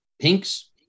Pinks